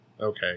Okay